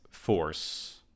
force